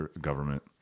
government